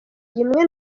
rimwe